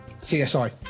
CSI